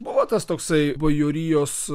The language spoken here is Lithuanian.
buvo tas toksai bajorijos